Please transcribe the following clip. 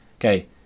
okay